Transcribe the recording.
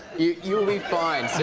you'll be fine.